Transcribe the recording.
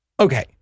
Okay